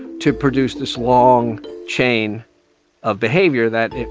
to produce this long chain of behavior that,